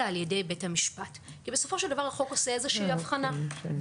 עוד היבט נוסף גם בהמשך לדברים שאמרת,